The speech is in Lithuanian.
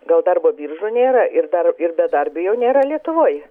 gal darbo biržų nėra ir dar ir bedarbių jau nėra lietuvoj